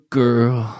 girl